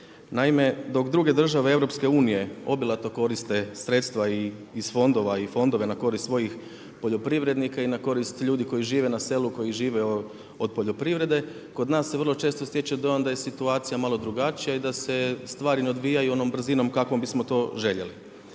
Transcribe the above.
Naime, dok druge države EU obilato koriste sredstva iz fondova i fondove na korist svojih poljoprivrednika i na korist ljudi koji žive na selu, koji žive od poljoprivrede kod nas se vrlo često stječe dojam da je situacija malo drugačija i da se stvari ne odvijaju onom brzinom kakvom bismo to željeli.